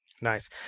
Nice